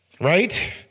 Right